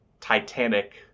titanic